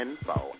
info